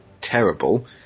terrible